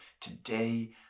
today